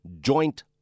joint